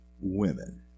women